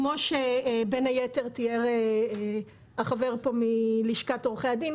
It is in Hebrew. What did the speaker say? כמו שבין היתר תיאר החבר פה מלשכת עורכי הדין,